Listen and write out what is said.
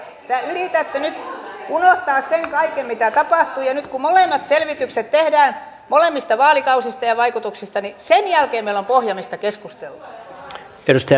yritätte nyt unohtaa sen kaiken mitä tapahtui ja nyt kun selvitykset tehdään molemmista vaalikausista ja vaikutuksista niin sen jälkeen meillä on pohja mistä keskustella